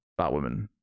Batwoman